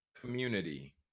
community